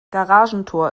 garagentor